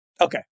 Okay